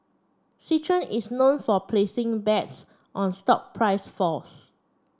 Citron is known for placing bets on stock price falls